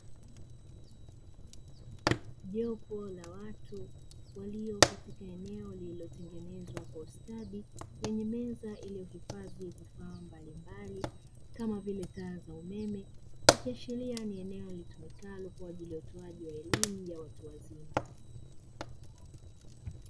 Jopo la watu walio katika eneo lililotengenezwa kwa ustadi lenye meza iliyohifadhi vifaa mbalimbali kama vile taa za umeme, ikiashiria ni eneo litumikalo kwa ajili ya utoaji wa elimu ya watu wazima.